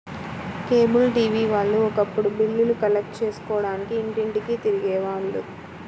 cable TV వాళ్ళు ఒకప్పుడు బిల్లులు కలెక్ట్ చేసుకోడానికి ఇంటింటికీ తిరిగే వాళ్ళు